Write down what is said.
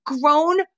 Grown